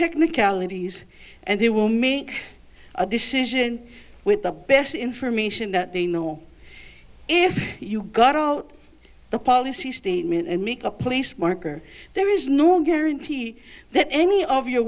technicalities and they will make a decision with the best information that they know if you got out the policy statement and make a place marker there is no guarantee that any of your